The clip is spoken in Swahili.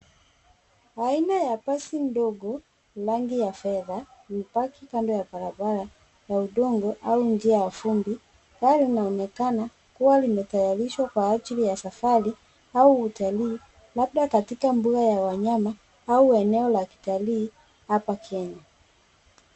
Aina ya basi ndogo rangi ya fedha limepaki kando ya barabara ya udongo au njia ya vumbi ,gari linaonekana kuwa limetayarishwa kwa ajili ya safari au utalii labda katika mbuga ya wanyama au eneo la kitalii hapa Kenya.